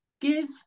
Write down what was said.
give